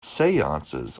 seances